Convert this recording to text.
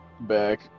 back